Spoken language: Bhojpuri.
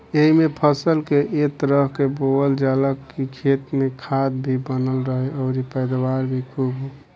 एइमे फसल के ए तरह से बोअल जाला की खेत में खाद भी बनल रहे अउरी पैदावार भी खुब होखे